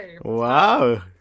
Wow